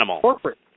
corporate